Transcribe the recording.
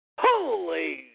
Holy